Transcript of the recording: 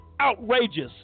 outrageous